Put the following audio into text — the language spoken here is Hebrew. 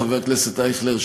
חבר הכנסת אייכלר,